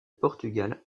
portugal